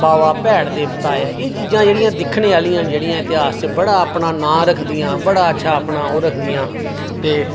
बाबा भैड़ देवता ऐ एह चीजां जेह्ड़ियां दिक्खने आह्लियां चीजां इतेहास च ब़ा अपना नांऽ रखदियां बड़ा अपना ओह् रखदियां